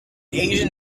asian